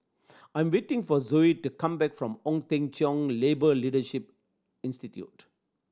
I'm waiting for Zoie to come back from Ong Teng Cheong Labour Leadership Institute